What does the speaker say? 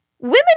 Women